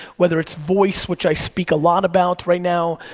whether it's voice, which i speak a lot about right now,